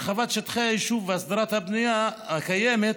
הרחבת שטחי היישובים והסדרת הבנייה הקיימת